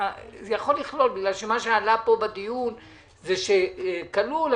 בגלל שמה שעלה פה בדיון זה שכלול,